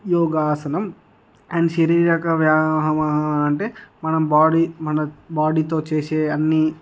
యోగ ఆసనం అండ్ శారీరక వ్యాయామం అంటే మనం బాడీ మన బాడీతో చేసే అన్ని